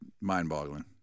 mind-boggling